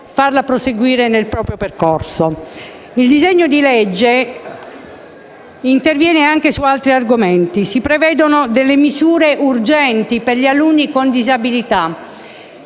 Il decreto-legge interviene anche su altri argomenti: si prevedono - ad esempio - misure urgenti per gli alunni con disabilità.